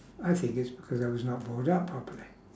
I think it's because I was not brought up properly